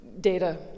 data